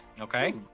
Okay